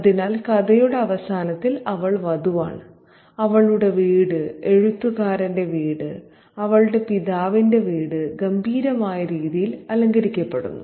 അതിനാൽ കഥയുടെ അവസാനത്തിൽ അവൾ വധുവാണ് അവളുടെ വീട് എഴുത്തുകാരന്റെ വീട് അവളുടെ പിതാവിന്റെ വീട് ഗംഭീരമായ രീതിയിൽ അലങ്കരിക്കപ്പെടുന്നു